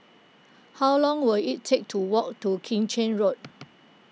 how long will it take to walk to Keng Chin Road